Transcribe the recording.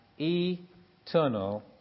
eternal